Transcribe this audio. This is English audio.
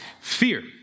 fear